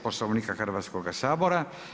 Poslovnika Hrvatskoga sabora.